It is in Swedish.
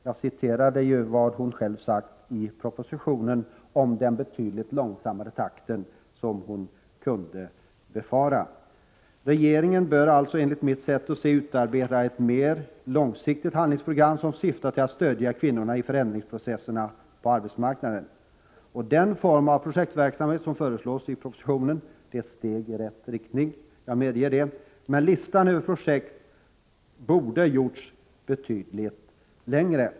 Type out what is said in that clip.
Jag citerade nyss vad hon har sagt i propositionen om den betydligt långsammare takt hon kunde befara. Regeringen bör alltså enligt mitt sätt att se utarbeta ett mer långsiktigt handlingsprogram, som syftar till att stödja kvinnorna i förändringsprocessen på arbetsmarknaden. Den form av projektverksamhet som föreslås i propositionen är ett steg i rätt riktning — det medger jag — men listan över projekt borde ha gjorts betydligt längre.